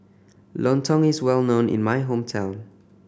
lontong is well known in my hometown